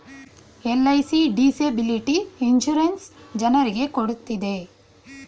LIC disability insurance ಜನರಿಗೆ ಕೊಡ್ತಿದೆ